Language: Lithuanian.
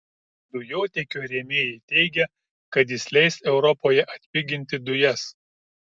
dujotiekio rėmėjai teigia kad jis leis europoje atpiginti dujas